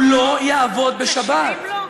הוא לא יעבוד בשבת.